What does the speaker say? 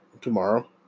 tomorrow